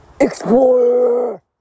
explorer